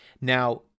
Now